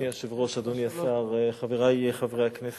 אדוני היושב-ראש, אדוני השר, חברי חברי הכנסת,